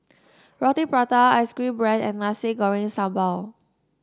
Roti Prata Ice Cream bread and Nasi Goreng Sambal